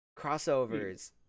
crossovers